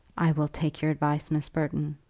i will take your advice, miss burton.